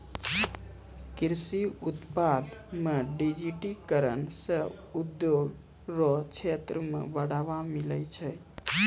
कृषि उत्पादन मे डिजिटिकरण से उद्योग रो क्षेत्र मे बढ़ावा मिलै छै